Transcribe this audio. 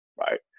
Right